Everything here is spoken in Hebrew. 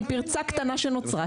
פרצה קטנה שנוצרה,